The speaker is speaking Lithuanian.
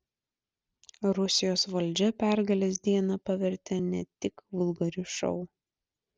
rusijos valdžia pergalės dieną pavertė ne tik vulgariu šou